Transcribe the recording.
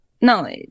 No